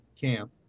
camp